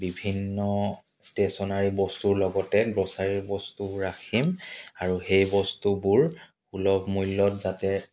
বিভিন্ন ষ্টেশ্যনাৰি বস্তুৰ লগত গ্ৰচাৰীৰ বস্তুও ৰাখিম আৰু সেই বস্তুবোৰ সুলভ মূল্যত যাতে